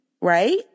right